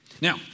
Now